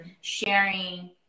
sharing